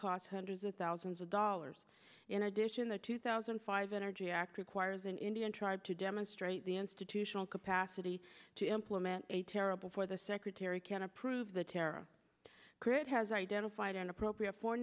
cost hundreds of thousands of dollars in addition the two thousand and five energy act requires an indian tribe to demonstrate the institutional capacity to implement a terrible for the secretary can approve the terror krit has identified an appropriate for